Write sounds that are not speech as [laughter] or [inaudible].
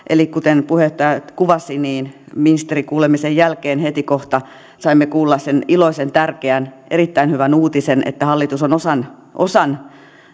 [unintelligible] eli kuten puheenjohtaja kuvasi ministerikuulemisen jälkeen heti kohta saimme kuulla sen iloisen tärkeän erittäin hyvän uutisen että hallitus on osan osan